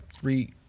three